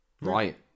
right